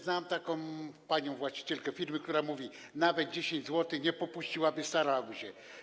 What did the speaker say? Znam taką panią właścicielkę firmy, która mówi, że nawet 10 zł nie popuściłaby, starałaby się.